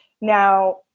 Now